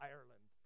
Ireland